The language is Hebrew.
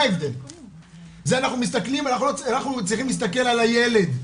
אנחנו צריכים להסתכל על הילד.